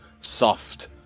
soft